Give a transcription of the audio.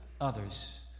others